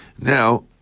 Now